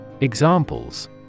Examples